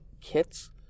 kits